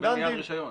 מקבל רישיון.